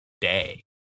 day